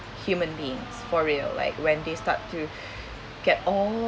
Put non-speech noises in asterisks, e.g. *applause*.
human beings for real like when they start to *breath* get all